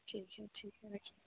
ठीक है ठीक है रखिए